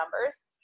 numbers